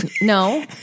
No